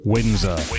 Windsor